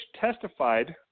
testified